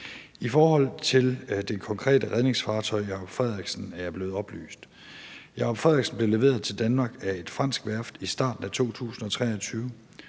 I forhold til det konkrete redningsfartøj »Jacob Frederiksen« er jeg blevet oplyst følgende: »Jacob Frederiksen« blev leveret til Danmark af et fransk værft i starten af 2023.